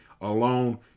alone